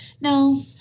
No